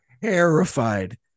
terrified